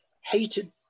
hated